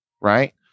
right